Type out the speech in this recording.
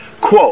quote